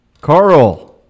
Carl